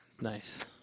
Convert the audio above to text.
Nice